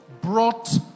brought